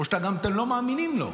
או שאתם גם לא מאמינים לו,